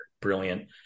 brilliant